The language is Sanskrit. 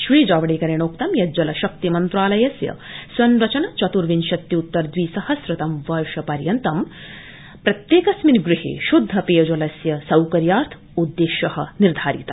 श्री जावडेकरेणोक्तं यत जलशक्ति मन्त्रालयस्य संरचन चत्र्विशत्य्त्तर दवि सहस्रतम वर्ष यावत प्रत्येकस्मिन गृहे श्द्ध पेयजलस्य सौकर्यार्थ उद्देश्य निर्धारित